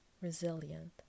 resilient